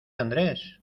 andrés